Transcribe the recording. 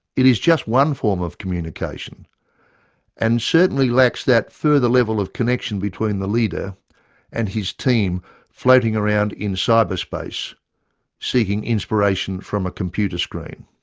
it is just one form of communication and certainly lacks that further level of connection between the leader and his team floating around in cyberspace seeking inspiration from a computer screen.